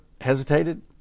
hesitated